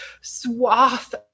swath